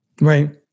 Right